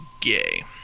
gay